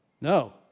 No